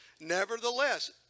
Nevertheless